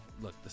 look